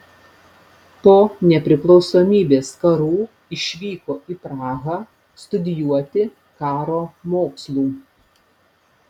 po nepriklausomybės karų išvyko į prahą studijuoti karo mokslų